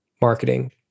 marketing